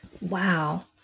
Wow